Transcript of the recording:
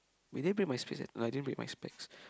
we didn't break my specs right no I didn't break my specs